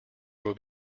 would